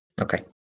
Okay